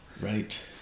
right